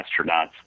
Astronauts